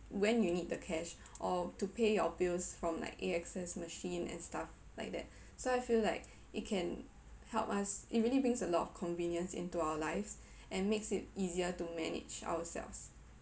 when you need the cash or to pay your bills from like A_X_S machine and stuff like that so I feel like it can help us it really brings a lot of convenience into our lives and makes it easier to manage ourselves